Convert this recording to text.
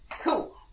Cool